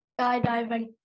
Skydiving